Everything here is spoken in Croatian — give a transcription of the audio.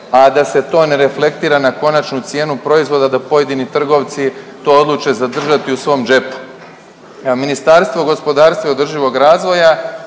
a da se to ne reflektira na konačnu cijenu proizvoda da pojedini trgovci to odluče zadržati u svom džepu. Evo, Ministarstvo gospodarstva i održivog razvoja